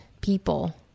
people